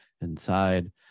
inside